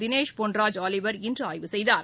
Dinesh Ponraj Oliver இன்று ஆய்வு செய்தார்